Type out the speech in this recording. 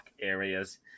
areas